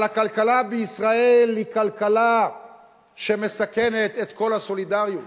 אבל הכלכלה בישראל היא כלכלה שמסכנת את כל הסולידריות.